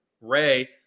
Ray